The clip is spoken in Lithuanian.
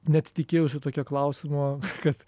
net tikėjausi tokio klausimo kad